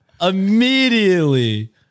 Immediately